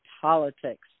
politics